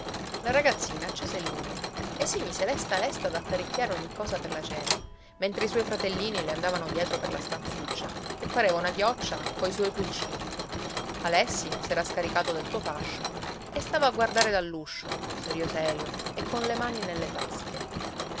la ragazzina accese il lume e si mise lesta lesta ad apparecchiare ogni cosa per la cena mentre i suoi fratellini le andavano dietro per la stanzuccia che pareva una chioccia coi suoi pulcini alessi s'era scaricato del suo fascio e stava a guardare dall'uscio serio serio e colle mani nelle tasche